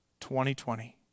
2020